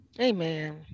amen